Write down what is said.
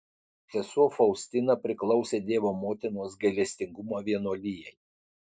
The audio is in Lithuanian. sesuo faustina priklausė dievo motinos gailestingumo vienuolijai